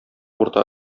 урта